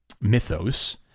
mythos